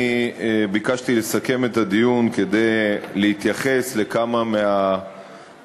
אני ביקשתי לסכם את הדיון כדי להתייחס לכמה מהטענות